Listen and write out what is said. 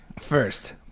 First